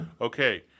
Okay